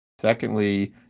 Secondly